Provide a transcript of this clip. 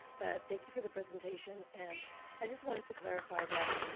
but thank you for the presentation. and i just wanted to clarify that,